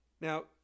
Now